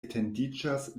etendiĝas